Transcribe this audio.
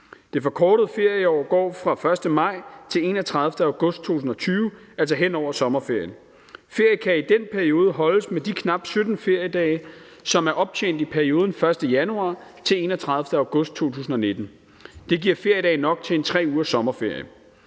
Det forkortede ferieår går fra den 1. maj til den 31. august 2020, altså hen over sommerferien. Ferie kan i den periode holdes med de knap 17 feriedage, som er optjent i perioden den 1. januar til den 31. august 2019. Det giver feriedage nok til 3 ugers sommerferie.